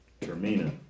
Termina